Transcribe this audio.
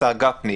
הרב גפני,